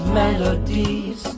melodies